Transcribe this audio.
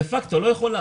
דה פקטו לא יכולה.